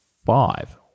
five